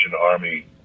Army